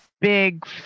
big